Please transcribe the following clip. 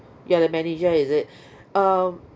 you are the manager is it um